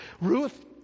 Ruth